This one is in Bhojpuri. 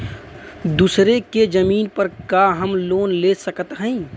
दूसरे के जमीन पर का हम लोन ले सकत हई?